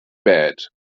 bad